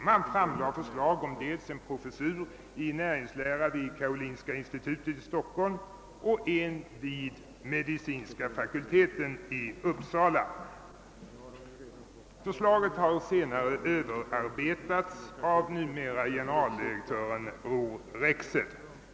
Däri framlades förslag om en professur i näringslära vid karolinska institutet i Stockholm och en vid medicinska fakulteten i Uppsala. Förslaget har senare överarbetats av nuvarande =: generaldirektören = Bror Rexed.